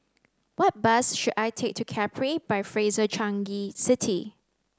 what bus should I take to Capri by Fraser Changi City